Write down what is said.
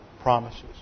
promises